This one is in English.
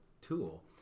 tool